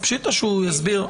אז פשיטא שהוא יסביר,